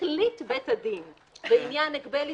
החליט בית הדין בעניין הגבל עסקי,